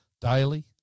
daily